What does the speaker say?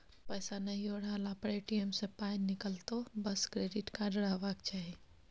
पैसा नहियो रहला पर ए.टी.एम सँ पाय निकलतौ बस क्रेडिट कार्ड रहबाक चाही